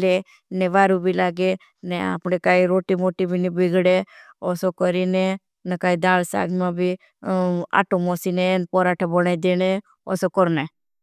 ले ने वारू। भी लागे ने अपने काई रोटी मोटी। भी ने बिगडे ओसो करीने न। काई दाल साझ मा भी अटो मोसी ने पोराट बोले देने ओसो करने।